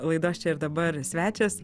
laidos čia ir dabar svečias